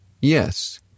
Yes